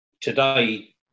today